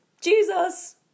Jesus